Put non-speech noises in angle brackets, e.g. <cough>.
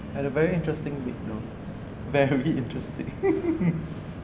I had a very interesting week though very interesting <laughs>